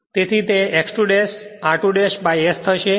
તેથી તે X 2 ' r2 ' S થશે